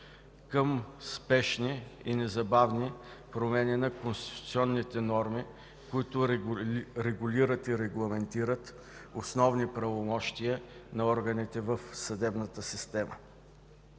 към спешни, незабавни промени на конституционните норми, които регулират и регламентират основни правомощия на органите в съдебната система.